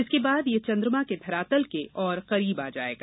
इसके बाद यह चंद्रमा के धरातल के और करीब आ जाएगा